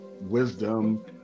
wisdom